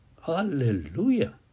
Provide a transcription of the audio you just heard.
hallelujah